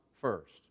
first